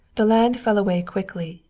the land fell away quickly.